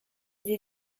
sie